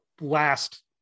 last